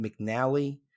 McNally